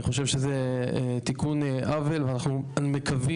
אני חושב שזה תיקון עוול ואנחנו מקווים